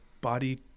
body